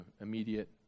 immediate